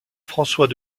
françois